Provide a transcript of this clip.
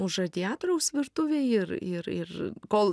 už radiatoriaus virtuvėj ir ir ir kol